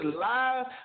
live